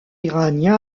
iranien